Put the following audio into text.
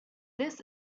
this